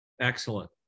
Excellent